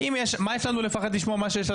מה יש לנו לפחד לשמוע מה שיש לה